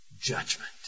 judgment